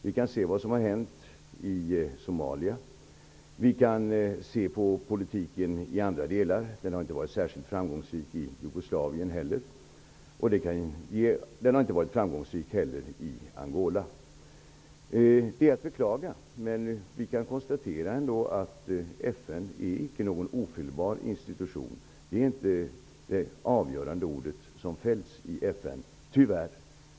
Vi kan se vad som har hänt i Somalia. Vi kan se på politiken i andra delar. Den har inte varit särskilt framgångsrik i Jugoslavien heller, och den har inte varit framgångsrik i Angola. Det är att beklaga. Vi kan konstatera att FN är icke någon ofelbar institution. Det avgörande ordet fälls inte i FN, tyvärr.